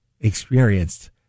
experienced